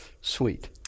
sweet